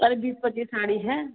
अरे बीस पच्चीस साड़ी हैं